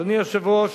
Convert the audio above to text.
אדוני היושב-ראש,